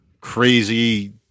crazy